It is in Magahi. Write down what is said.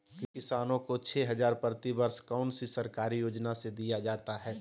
किसानों को छे हज़ार प्रति वर्ष कौन सी सरकारी योजना से दिया जाता है?